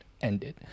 ended